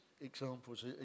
examples